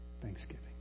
Thanksgiving